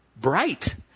bright